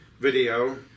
video